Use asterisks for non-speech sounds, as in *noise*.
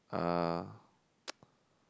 uh *noise*